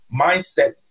mindset